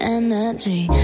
energy